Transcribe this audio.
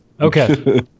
Okay